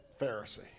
Pharisee